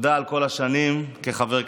תודה על כל השנים כחבר כנסת,